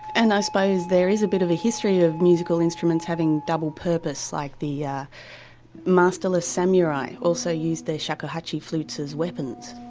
and i suppose there is a bit of a history of musical instruments having double purpose like the yeah masterless samurai also used their shakuhachi flutes as weapons.